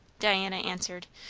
diana answered,